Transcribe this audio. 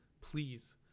please